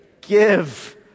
give